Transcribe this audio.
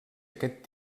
aquest